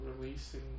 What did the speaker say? releasing